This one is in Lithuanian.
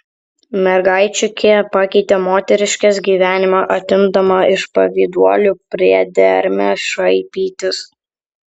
mergaičiukė pakeitė moteriškės gyvenimą atimdama iš pavyduolių priedermę šaipytis